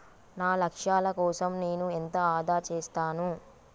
నా లక్ష్యాల కోసం నేను ఎంత ఆదా చేస్తాను?